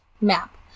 map